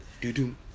Do-do